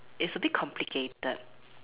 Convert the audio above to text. it's a bit complicated